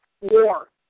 War